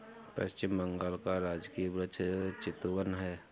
पश्चिम बंगाल का राजकीय वृक्ष चितवन है